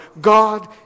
God